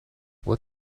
what